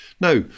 now